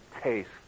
taste